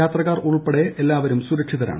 യാത്രക്കാർ ഉൾപ്പെടെ എല്ലാവരും സുരക്ഷ്മീതരാണ്